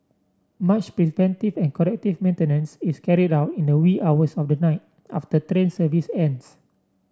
much preventive and corrective maintenance is carried out in the wee hours of the night after train service ends